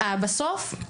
בסוף,